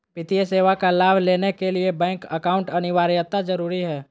वित्तीय सेवा का लाभ लेने के लिए बैंक अकाउंट अनिवार्यता जरूरी है?